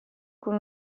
con